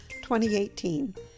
2018